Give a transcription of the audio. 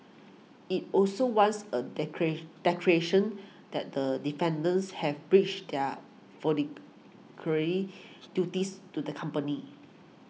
it also wants a declaration that the defendants have breached their duties to the company